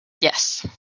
Yes